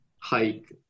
hike